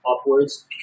Upwards